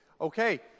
Okay